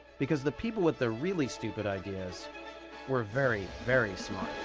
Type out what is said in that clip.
because the people with the really stupid ideas were very, very smart.